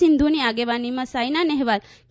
સિંધુની આગેવાનીમાં સાયના નહેવાલ કે